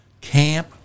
camp